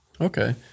Okay